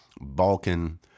Balkan